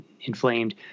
inflamed